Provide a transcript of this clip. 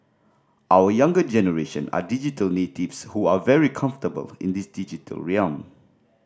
our younger generation are digital natives who are very comfortable in this digital realm